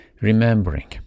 remembering